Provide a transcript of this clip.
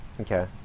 okay